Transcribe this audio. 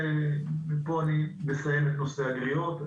פה אני מסיים את נושא הגריעות.